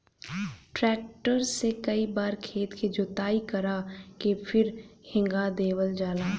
tractor से कई बार खेत के जोताई करा के फिर हेंगा देवल जाला